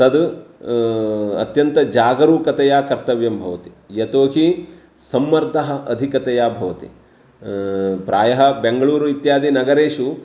तद् अत्यन्तजागरूकतया कर्तव्यं भवति यतो हि सम्मर्दः अधिकतया भवति प्रायः बेङ्गळूरु इत्यादिनगरेषु